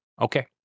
Okay